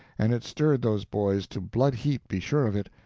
and it stirred those boys to blood-heat, be sure of it.